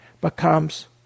becomes